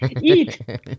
eat